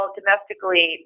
domestically